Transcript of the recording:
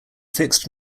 fixed